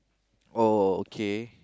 oh okay